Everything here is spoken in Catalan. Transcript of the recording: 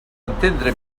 entendre